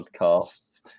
podcasts